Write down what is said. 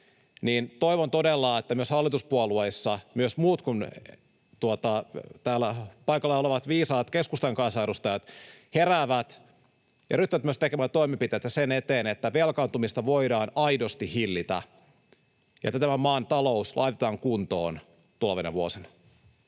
niin toivon todella, että myös hallituspuolueissa myös muut kuin täällä paikalla olevat viisaat keskustan kansanedustajat heräävät ja ryhtyvät tekemään toimenpiteitä sen eteen, että velkaantumista voidaan aidosti hillitä ja että tämän maan talous laitetaan kuntoon tulevina vuosina.